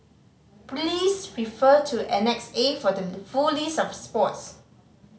please refer to Annex A for the full list of sports